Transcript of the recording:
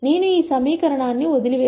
నేను ఈ సమీకరణాన్ని వదిలివేస్తాను